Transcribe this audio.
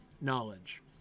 knowledge